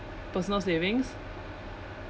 personal savings